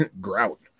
grout